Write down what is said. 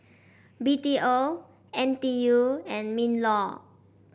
B T O N T U and Minlaw